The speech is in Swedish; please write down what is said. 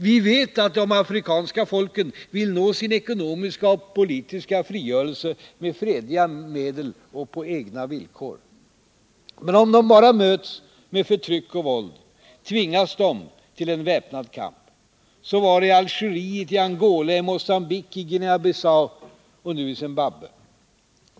Vi vet att de afrikanska folken vill nå sin ekonomiska och politiska frigörelse med fredliga medel och på egna villkor. Men om de bara möts med förtryck och våld, tvingas de till en väpnad kamp. Så var det i Algeriet, i Angola, i Mocambique, i Guinea-Bissau — och nu i Zimbabwe.